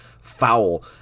foul